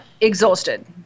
exhausted